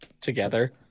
together